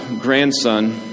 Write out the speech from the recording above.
grandson